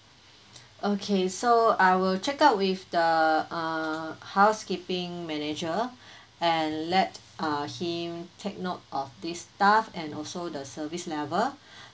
okay so I will check out with the uh housekeeping manager and let him take note of this staff and also the service level